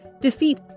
defeat